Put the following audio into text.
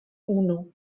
uno